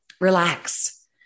relax